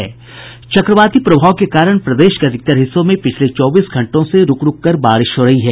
चक्रवाती प्रभाव के कारण प्रदेश के अधिकतर हिस्सों में पिछले चौबीस घंटों से रुक रुक कर बारिश हो रही है